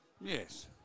Yes